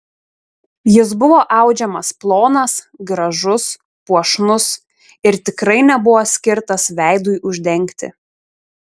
jis buvo audžiamas plonas gražus puošnus ir tikrai nebuvo skirtas veidui uždengti